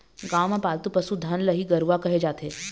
गाँव म पालतू पसु धन ल ही गरूवा केहे जाथे